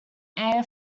air